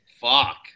Fuck